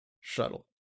shuttle